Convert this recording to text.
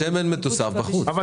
יש הבדל